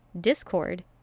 Discord